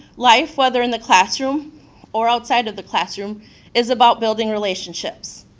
life, whether in the classroom or outside of the classroom is about building relationships.